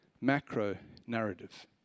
macro-narrative